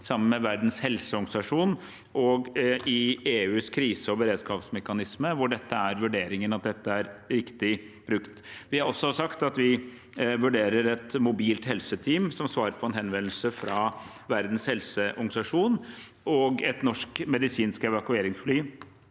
sammen med Verdens helseorganisasjon og i EUs kriseog beredskapsmekanisme, hvor vurderingen er at dette er riktig bruk. Vi har også sagt at vi vurderer et mobilt helseteam som svar på en henvendelse fra Verdens helseorganisasjon, og et norsk medisinsk evakueringsfly